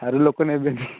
ସାରୁ ଲୋକ ନେବେନି